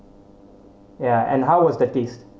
ya and how was the taste